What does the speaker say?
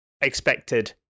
expected